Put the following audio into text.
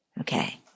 okay